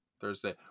Thursday